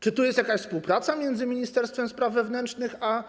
Czy to jest jakaś współpraca między ministerstwem spraw wewnętrznych a